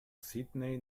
sydney